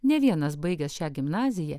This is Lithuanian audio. ne vienas baigęs šią gimnaziją